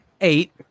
Eight